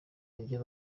ibyo